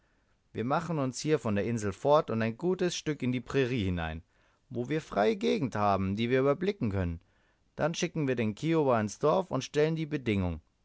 wir machen uns hier von der insel fort und ein gutes stück in die prairie hinein wo wir freie gegend haben die wir überblicken können dann schicken wir den kiowa ins dorf und stellen die bedingung